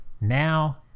Now